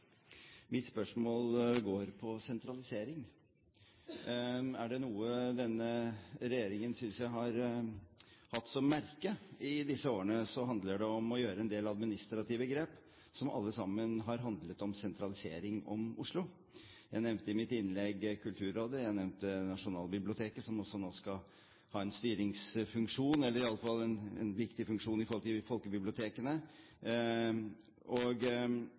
Mitt spørsmål går på sentralisering. Er det noe jeg synes denne regjeringen har hatt som merke i disse årene, handler det om å gjøre en del administrative grep som alle sammen har handlet om sentralisering om Oslo. Jeg nevnte i mitt innlegg Kulturrådet, jeg nevnte Nasjonalbiblioteket, som også nå skal ha en styringsfunksjon, eller iallfall en viktig funksjon i forhold til folkebibliotekene, og